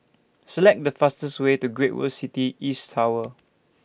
Select The fastest Way to Great World City East Tower